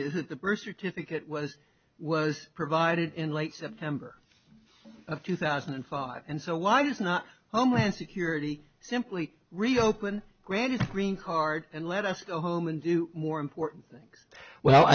that the birth certificate was was provided in late september of two thousand and five and so why does not homeland security simply reopen granted green card and let us go home and do more important things well